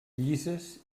llises